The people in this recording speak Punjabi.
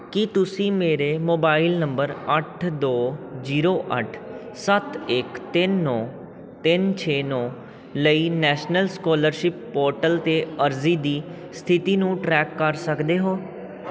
ਕੀ ਤੁਸੀਂ ਮੇਰੇ ਮੋਬਾਈਲ ਨੰਬਰ ਅੱਠ ਦੋ ਜੀਰੋ ਅੱਠ ਸੱਤ ਇੱਕ ਤਿੰਨ ਨੌਂ ਤਿੰਨ ਛੇ ਨੌਂ ਲਈ ਨੈਸ਼ਨਲ ਸਕਾਲਰਸ਼ਿਪ ਪੋਰਟਲ 'ਤੇ ਅਰਜ਼ੀ ਦੀ ਸਥਿਤੀ ਨੂੰ ਟਰੈਕ ਕਰ ਸਕਦੇ ਹੋ